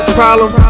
problem